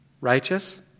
Righteous